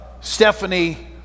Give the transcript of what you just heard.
Stephanie